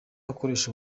akoresha